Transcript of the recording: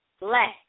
Black